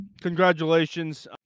congratulations